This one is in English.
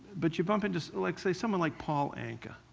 but you bump into, so like say, someone like paul anka,